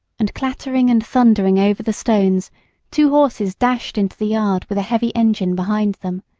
and clattering and thundering over the stones two horses dashed into the yard with a heavy engine behind them.